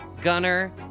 Gunner